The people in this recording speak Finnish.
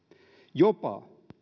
jopa